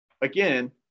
again